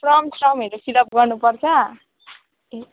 form समहरू fill up गर्नु पर्छ